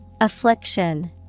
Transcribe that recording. Affliction